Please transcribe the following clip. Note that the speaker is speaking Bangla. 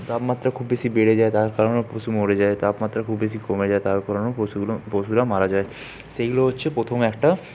তাপমাত্রা খুব বেশি বেড়ে যায় তার কারণে পশু মরে যায় তাপমাত্রা খুব বেশি কমে যায় তার কারণেও পশুগুলো পশুরা মারা যায় সেইগুলো হচ্ছে প্রথম একটা